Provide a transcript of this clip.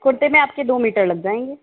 कुर्ते में आपके दो मीटर लग जाएंगे